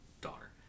daughter